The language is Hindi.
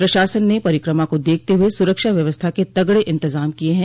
प्रशासन ने परिक्रमा को देखते हुए सुरक्षा व्यवस्था के तगड़े इंतजाम किये हैं